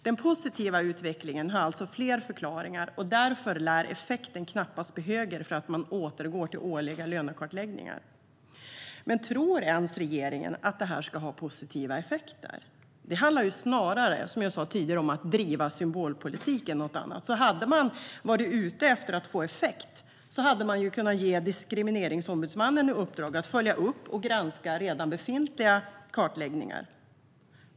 Den positiva utvecklingen har alltså flera förklaringar och därför lär effekten knappast bli högre för att man återgår till årliga kartläggningar. Men tror ens regeringen att det här ska ha positiva effekter? Som jag sa tidigare handlar det snarare om att driva symbolpolitik. Hade man varit ute efter att få effekt hade man i stället kunnat ge Diskrimineringsombudsmannen i uppdrag att följa upp och granska redan befintliga kartläggningar.